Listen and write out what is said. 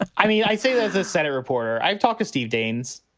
i mean, i say there's a senate reporter i've talked to steve daines.